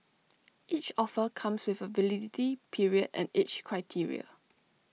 each offer comes with A validity period and age criteria